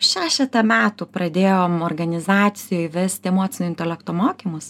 šešetą metų pradėjom reorganizacijoj vesti emocinio intelekto mokymus